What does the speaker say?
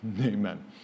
Amen